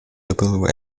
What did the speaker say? liberal